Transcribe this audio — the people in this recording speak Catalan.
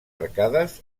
arcades